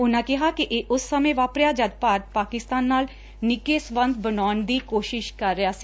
ਉਨ੍ਹ੍ ਂ ਕਿਹਾ ਕਿ ਇਹ ਉਸ ਸਮੇਂ ਵਾਪਰਿਆ ਜਦ ਭਾਰਤ ਪਾਕਿਸਤਾਨ ਨਾਲ ਨਿੱਘੇ ਸਬੰਧ ਬਣਾਉਣ ਦੀ ਕੋਸ਼ਿਸ਼ ਕਰ ਰਿਹਾ ਸੀ